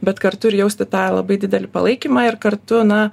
bet kartu ir jausti tą labai didelį palaikymą ir kartu na